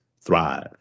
thrive